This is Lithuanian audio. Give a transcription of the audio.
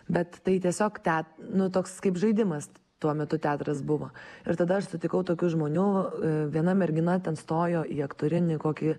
bet tai tiesiog te nu toks kaip žaidimas tuo metu teatras buvo ir tada aš sutikau tokių žmonių viena mergina ten stojo į aktorinį kokį